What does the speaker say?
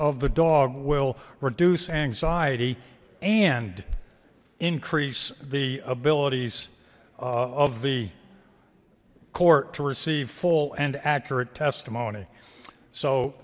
of the dog will reduce anxiety and increase the abilities of the court to receive full and accurate testimony so